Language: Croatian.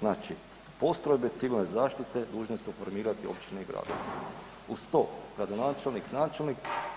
Znači postrojbe civilne zaštite dužne su formirati općine i gradove uz to gradonačelnik, načelnik